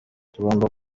tugomba